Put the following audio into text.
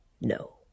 No